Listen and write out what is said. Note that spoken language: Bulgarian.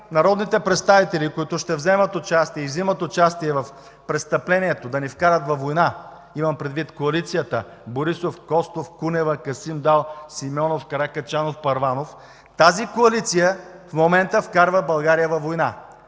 народните представители, които ще вземат, и вземат участие в престъплението да ни вкарат във война, имам предвид коалицията: Борисов – Костов – Кунева – Касим Дал – Симеонов – Каракачанов – Първанов. Тази коалиция в момента вкарва България във война.